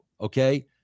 okay